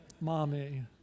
mommy